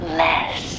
less